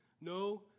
No